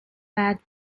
bad